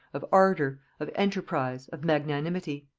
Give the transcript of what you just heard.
of ardor, of enterprise, of magnanimity.